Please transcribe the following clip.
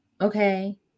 Okay